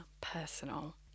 personal